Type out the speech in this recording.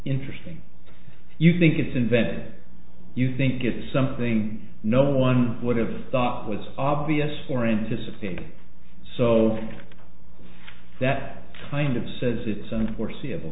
interesting you think it's invented you think it's something no one would have thought was obvious or anticipated so that kind of says it's and foreseeable